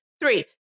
Three